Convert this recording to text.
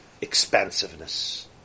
expansiveness